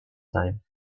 time